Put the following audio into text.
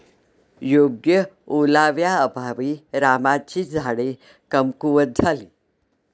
योग्य ओलाव्याअभावी रामाची झाडे कमकुवत झाली